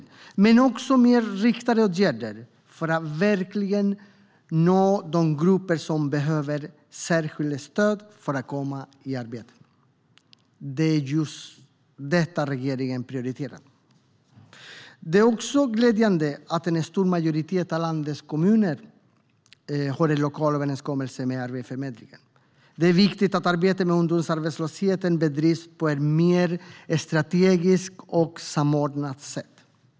Men det gäller också mer riktade åtgärder för att verkligen nå de grupper som behöver särskilt stöd för att komma i arbete. Det är just detta regeringen prioriterar. Det är också glädjande att en stor majoritet av landets kommuner har en lokal överenskommelse med Arbetsförmedlingen. Det är viktigt att arbetet med ungdomsarbetslösheten bedrivs på ett mer strategiskt och samordnat sätt.